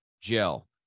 gel